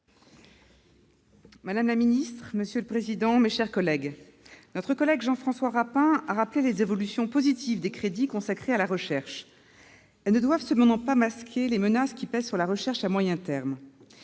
madame la ministre, mes chers collègues, notre collègue Jean-François Rapin a rappelé les évolutions positives des crédits consacrés à la recherche. Celles-ci ne doivent cependant pas masquer les menaces qui pèsent sur la recherche à moyen terme.